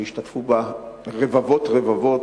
השתתפו בה רבבות רבבות,